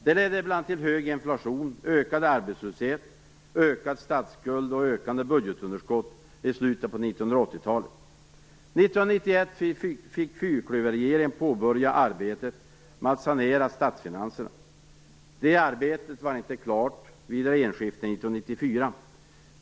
Det ledde bl.a. till hög inflation, ökad arbetslöshet, ökad statsskuld och ökande budgetunderskott i slutet av 1980-talet. År 1991 fick fyrklöverregeringen påbörja arbetet med att sanera statsfinanserna. Det arbetet var inte klart vid regeringsskiftet år 1994.